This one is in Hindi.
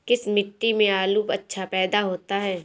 किस मिट्टी में आलू अच्छा पैदा होता है?